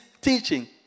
teaching